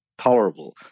tolerable